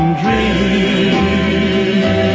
dream